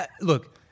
Look